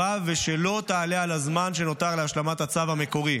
ושלא תעלה על הזמן שנותר להשלמת הצו המקורי.